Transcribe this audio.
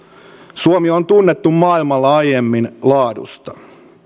suomi on tunnettu maailmalla aiemmin laadusta